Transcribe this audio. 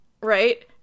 right